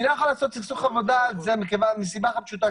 אני לא יכול לעשות סכסוך עבודה מסיבה אחת פשוטה,